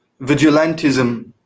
vigilantism